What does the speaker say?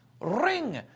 ring